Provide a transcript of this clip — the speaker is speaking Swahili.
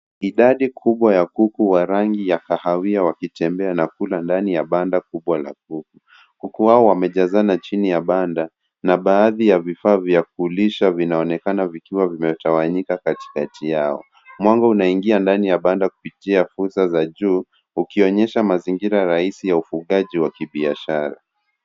Idadi kubwa ya kuku wa rangi ya kahawia wakitembea na kula ndani ya banda kubwa la kuku. Kuku hao wamejazana chini ya banda na baadhi ya vifaa vya kulisha vinaonekana vikiwa vimetawanyika katikati yao. Mwanga unaingia ndani ya banda kupitia fursa za juu ukionyesha mazingira rahisi ya ufugaji wa kibiashara.